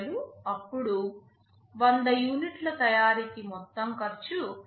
5000 అప్పుడు 100 యూనిట్ల తయారీకి మొత్తం ఖర్చు రూ